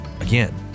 again